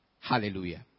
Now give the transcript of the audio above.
Hallelujah